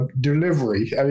delivery